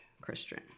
Christian